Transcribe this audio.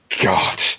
God